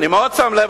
אני מאוד שם לב,